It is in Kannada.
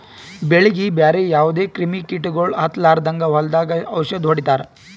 ಬೆಳೀಗಿ ಬ್ಯಾರೆ ಯಾವದೇ ಕ್ರಿಮಿ ಕೀಟಗೊಳ್ ಹತ್ತಲಾರದಂಗ್ ಹೊಲದಾಗ್ ಔಷದ್ ಹೊಡಿತಾರ